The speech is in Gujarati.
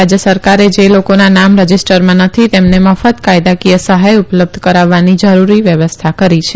રાજય સરકારે જે લોકોના નામ રજીસ્ટરમાં નથી તેમને મફત કાયદાકીય સહાય ઉપ લબ્ધ કરાવવાની જરૂરી વ્યવસ્થા કરી છે